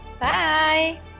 Bye